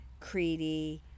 Creedy